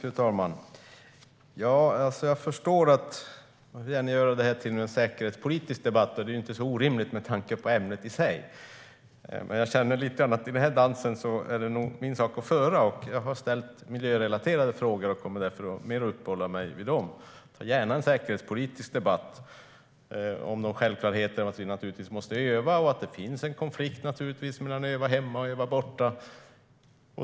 Fru talman! Jag förstår att man gärna vill göra det här till en säkerhetspolitisk debatt. Det är inte orimligt med tanke på ämnet i sig. Jag känner dock lite grann att det nog är min sak att föra i den här dansen. Jag har ställt miljörelaterade frågor och kommer därför att uppehålla mig vid dem. Jag har gärna en säkerhetspolitisk debatt om självklarheten i att vi måste öva och att det naturligtvis finns en konflikt mellan att öva hemma och att öva borta.